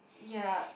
ya